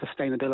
sustainability